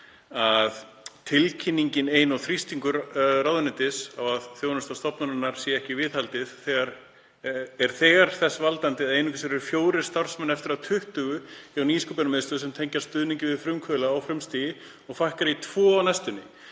að tilkynningin ein og þrýstingur ráðuneytisins á að þjónustu stofnunarinnar sé ekki viðhaldið er þegar þess valdandi að aðeins eru fjórir starfsmenn eftir af 20 hjá Nýsköpunarmiðstöð sem tengjast stuðningi við frumkvöðla á frumstigi og fækkar í tvo á næstunni.